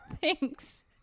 thanks